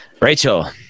Rachel